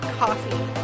coffee